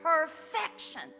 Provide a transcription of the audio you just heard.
perfection